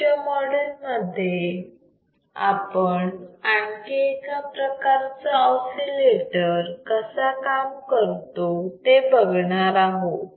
पुढच्या मॉड्यूल मध्ये आपण आणखी एका प्रकारचा ऑसिलेटर कसा काम करतो ते बघणार आहोत